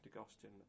Augustine